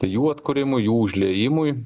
tai jų atkūrimui jų užliejimui